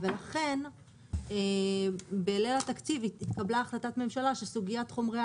ולכן בליל התקציב התקבלה החלטה שסוגיית חומרי